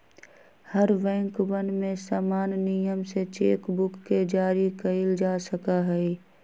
हर बैंकवन में समान नियम से चेक बुक के जारी कइल जा सका हई